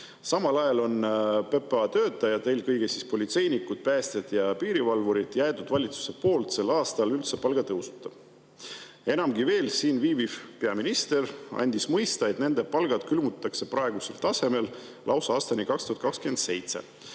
Samal ajal on PPA töötajad, eelkõige politseinikud, päästjad ja piirivalvurid, jäetud sel aastal valitsuse poolt üldse palgatõusuta. Enamgi veel, siinviibiv peaminister andis mõista, et nende palgad külmutatakse praegusel tasemel lausa aastani 2027.